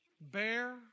Bear